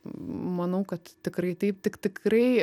manau kad tikrai taip tik tikrai